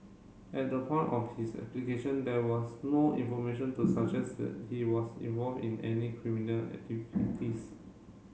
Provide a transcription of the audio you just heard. at the point of his application there was no information to suggest that he was involved in any criminal activities